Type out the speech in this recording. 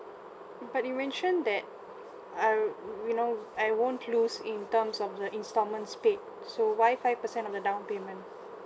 but you mention that I'll you know I won't lose in terms of the installments paid so why five percent of the down payment